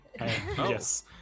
Yes